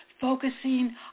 focusing